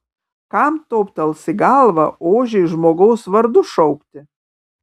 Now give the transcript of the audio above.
kam toptels į galvą ožį žmogaus vardu šaukti